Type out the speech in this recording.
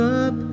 up